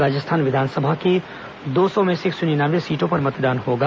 राजेस्थान विधानसभा की दो सौ में से एक सौ नियान्नवे सीटों पर मतदान होगा